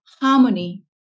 harmony